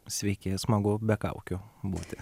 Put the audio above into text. sveiki smagu be kaukių būti